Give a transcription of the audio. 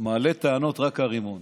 מלא טענות כרימון.